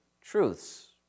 truths